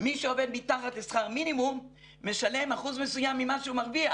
מי שעובד מתחת לשכר מינימום משלם אחוז מסוים ממה שהוא מרוויח.